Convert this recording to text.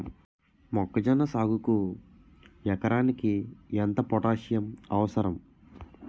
మొక్కజొన్న సాగుకు ఎకరానికి ఎంత పోటాస్సియం అవసరం?